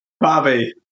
Bobby